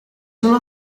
uno